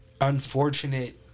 unfortunate